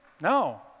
No